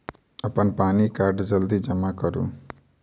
अप्पन पानि कार्ड जल्दी जमा करू?